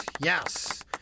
Yes